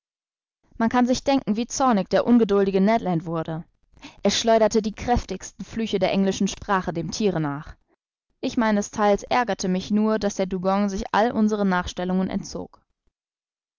man kann sich denken wie zornig der ungeduldige ned land wurde er schleuderte die kräftigsten flüche der englischen sprache dem thiere nach ich meines theils ärgerte mich nur daß der dugong sich all unseren nachstellungen entzog